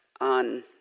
on